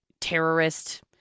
terrorist